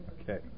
Okay